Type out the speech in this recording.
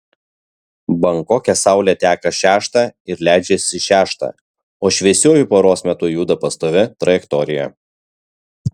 bankoke saulė teka šeštą ir leidžiasi šeštą o šviesiuoju paros metu juda pastovia trajektorija